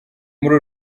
muri